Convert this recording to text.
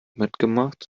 mitgemacht